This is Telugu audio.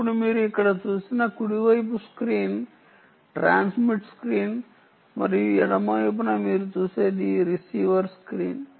ఇప్పుడు మీరు ఇక్కడ చూసే కుడి వైపు స్క్రీన్ ట్రాన్స్మిట్ స్క్రీన్ మరియు ఎడమ వైపున మీరు చూసేది రిసీవర్ స్క్రీన్